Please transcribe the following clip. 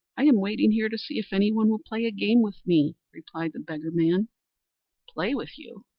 i am waiting here to see if any one will play a game with me, replied the beggarman. play with you!